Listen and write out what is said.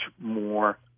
more